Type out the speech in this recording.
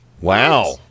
Wow